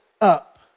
up